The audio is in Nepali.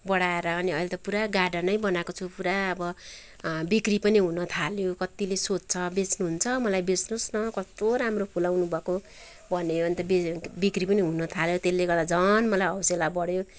बढाएर अनि अहिले त पुरा गार्डनै बनाएको छु पुरा अब बिक्री पनि हुन थाल्यो कतिले सोद्छ बेच्नुहुन्छ मलाई बेच्नुहोस् न कस्तो राम्रो फुलाउनु भएको भन्यो अन्त बि बिक्री पनि हुन थाल्यो त्यसले गर्दा झन मलाई हौसला बढ्यो